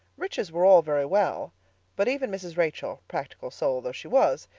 riches were all very well but even mrs. rachel, practical soul though she was,